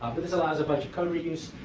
but this allows a bunch of code reuse.